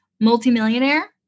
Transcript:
multimillionaire